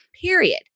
Period